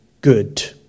good